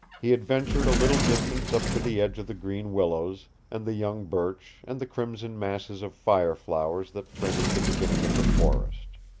he adventured a little distance up to the edge of the green willows and the young birch and the crimson masses of fire flowers that fringed the beginning of the forest.